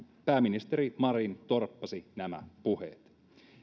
pääministeri marin torppasi nämä puheet